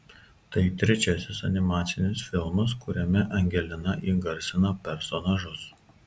tai trečiasis animacinis filmas kuriame angelina įgarsina personažus